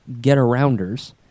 get-arounders